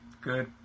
good